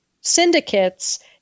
syndicates